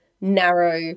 narrow